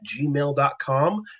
gmail.com